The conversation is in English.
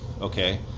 okay